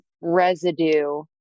residue